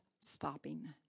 stopping